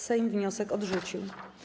Sejm wniosek odrzucił.